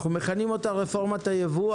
אנחנו מכנים אותה רפורמת הייבוא,